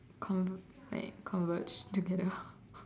conv~ like converge together